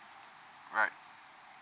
right